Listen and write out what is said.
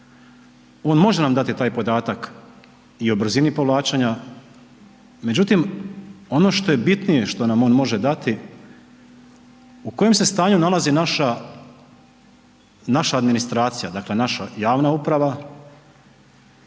on može nam dati taj podatak i o brzini povlačenja. Međutim, ono što je bitnije što nam on može dati u kojem se stanju nalazi naša administracija, dakle naša javna uprava